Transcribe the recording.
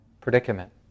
predicament